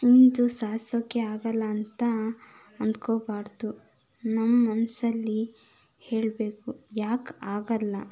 ಇಂದು ಸಾಧಿಸೋಕ್ಕೆ ಆಗೋಲ್ಲ ಅಂತ ಅಂದ್ಕೋಬಾರ್ದು ನಮ್ಮ ಮನಸ್ಸಲ್ಲಿ ಹೇಳಬೇಕು ಯಾಕೆ ಆಗೋಲ್ಲ